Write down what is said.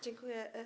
Dziękuję.